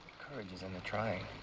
courage is in the trying.